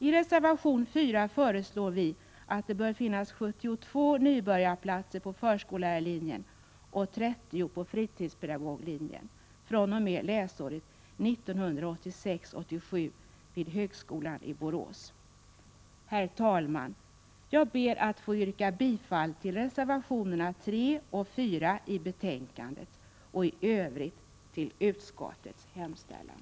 I reservation 4 föreslår vi att det bör finnas 72 nybörjarplatser på förskollärarlinjen och 30 på fritidspedagoglinjen vid högskolan i Borås fr.o.m. läsåret 1986/87. Herr talman! Jag ber att få yrka bifall till reservationerna 3 och 4 i betänkandet och i övrigt till utskottets hemställan.